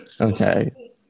okay